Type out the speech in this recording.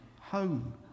home